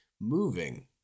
moving